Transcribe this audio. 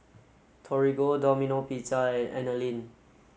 Torigo Domino Pizza and Anlene